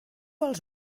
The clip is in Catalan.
als